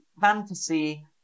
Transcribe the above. fantasy